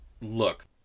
look